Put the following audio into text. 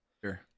sure